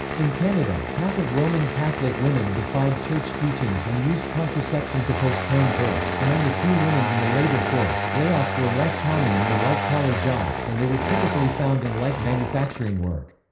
in canada, half of roman catholic women defied church teachings and used contraception to postpone births among the few women in the labor force, layoffs were less common in the white-collar jobs and they were typically found in light manufacturing work.